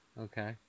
Okay